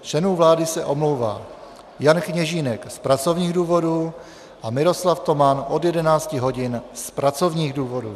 Z členů vlády se omlouvá Jan Kněžínek z pracovních důvodů a Miroslav Toman od 11 hodin z pracovních důvodů.